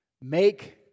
Make